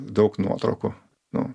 daug nuotraukų nu